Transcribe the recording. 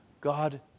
God